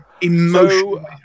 emotional